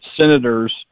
senators